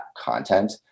content